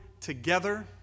together